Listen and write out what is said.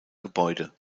gebäude